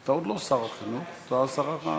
אתה עוד לא שר החינוך, אתה שר הכלכלה,